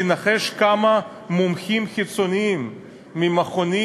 תנחש כמה מומחים חיצוניים ממכונים,